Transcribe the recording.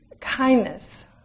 Kindness